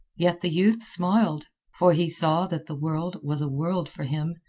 yet the youth smiled, for he saw that the world was a world for him,